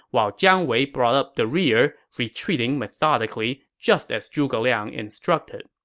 while jiang wei brought up the rear, retreating methodically just as zhuge liang instructed.